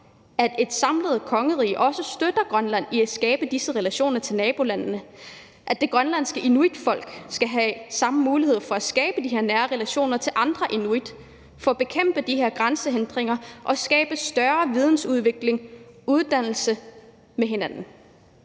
at et samlet kongerige også støtter Grønland i at skabe disse relationer til nabolandene, at det grønlandske inuitfolk skal have samme muligheder for at skabe de her nære relationer til andre inuit for at bekæmpe de her grænsehindringer og skabe større vidensudvikling og uddannelse med hinanden.